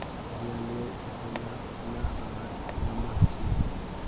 घड़ियालेर थथोना पतला आर लंबा ह छे